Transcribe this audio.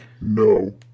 No